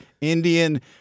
Indian